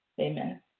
Amen